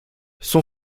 son